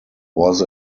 was